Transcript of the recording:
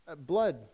blood